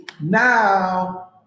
now